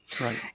Right